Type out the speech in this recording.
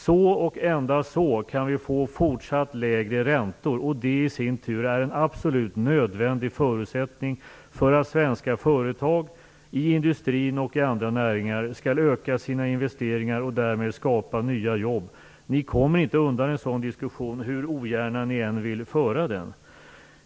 Så och endast så kan vi få fortsatt lägre räntor, vilket i sin tur är en absolut nödvändig förutsättning för att svenska företag i industrin och i andra näringar skall öka sina investeringar och därmed skapa nya jobb. Ni kommer inte undan en sådan diskussion hur ogärna ni än ville föra den.